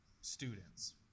students